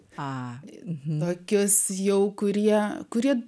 a tokius jau kurie kurie